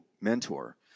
mentor